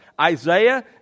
Isaiah